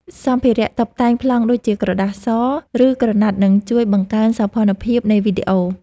សម្ភារៈតុបតែងប្លង់ដូចជាក្រដាសពណ៌ ឬ ក្រណាត់នឹងជួយបង្កើនសោភ័ណភាពនៃវីដេអូ។